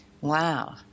Wow